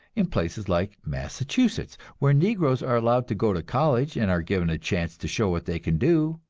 in places like massachusetts, where negroes are allowed to go to college and are given a chance to show what they can do,